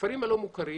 הכפרים הלא מוכרים,